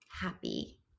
happy